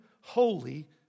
holy